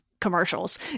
commercials